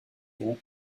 grands